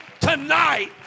tonight